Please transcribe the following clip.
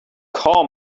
call